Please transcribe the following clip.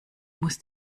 muss